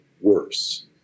worse